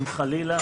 אם חלילה,